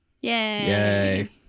Yay